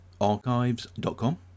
Archives.com